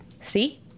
See